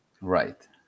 Right